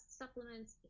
supplements